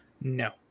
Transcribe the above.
No